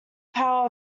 power